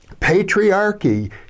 patriarchy